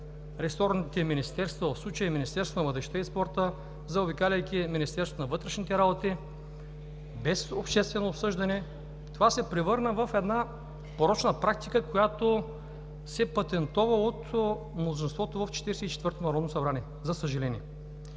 в случая Министерството на младежта и спорта, заобикаляйки Министерството на вътрешните работи, без обществено обсъждане. Това се превърна в една порочна практика, която се патентова от мнозинството в 44-тото народно събрание, за съжаление.